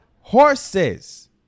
horses